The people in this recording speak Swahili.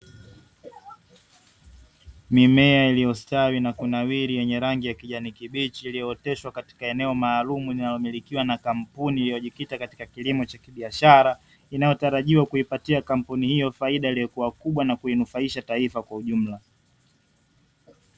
Mimea iliyostawi na kunawiri yenye rangi ya kijani kibichi iliyooteshwa katika eneo maalumu, linalomilikiwa na kampuni iliyojikita katika kilimo cha kibiashara, inayotarajia kuipatia kampuni hiyo faida iliyokuwa kubwa, na kunufaisha taifa kwa ujumla.